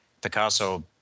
Picasso